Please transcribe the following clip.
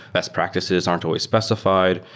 best practices aren't always specified.